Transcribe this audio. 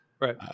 Right